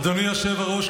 אדוני היושב-ראש,